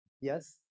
Yes